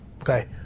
okay